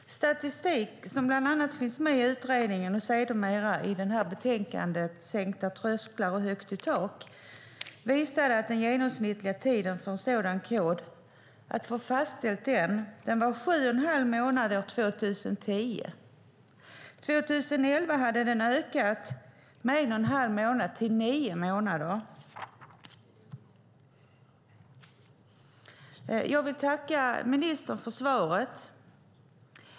Statistik som bland annat finns med i utredningen och sedermera i betänkandet Sänkta trösklar - högt i tak har visat att den genomsnittliga tiden för att få en sådan kod fastställd var sju och en halv månad år 2010. År 2011 hade denna tid ökat med en och en halv månad till nio månader. Jag vill tacka ministern för svaret.